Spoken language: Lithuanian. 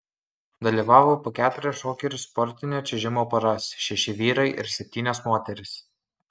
dalyvavo po keturias šokių ir sportinio čiuožimo poras šeši vyrai ir septynios moterys